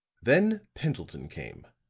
then pendleton came.